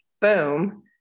boom